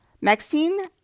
Maxine